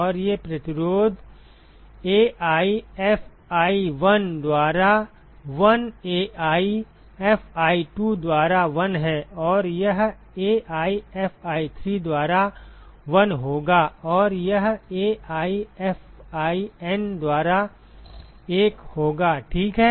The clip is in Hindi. और ये प्रतिरोध Ai Fi1 द्वारा 1 Ai Fi2 द्वारा 1 हैं और यह AiFi3 द्वारा 1 होगा और यह AiFiN द्वारा 1 होगा ठीक है